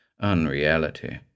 unreality